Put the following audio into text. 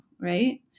Right